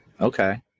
Okay